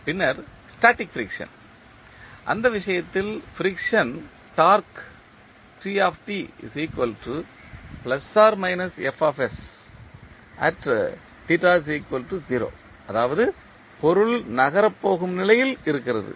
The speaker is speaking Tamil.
பின்னர் ஸ்டேட்டிக் ஃபிரிக்சன் அந்த விஷயத்தில் ஃபிரிக்சன் டார்க்கு அதாவது பொருள் நகர போகும் நிலையில் இருக்கிறது